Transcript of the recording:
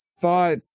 thought